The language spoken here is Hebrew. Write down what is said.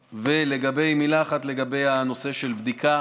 מילה אחת לגבי הנושא של בדיקה